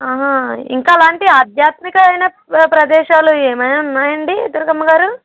ఇంకా అలాంటి ఆధ్యాత్మికమైన ప్రదేశాలు ఏమైనా ఉన్నాయండి దుర్గమ్మ గారు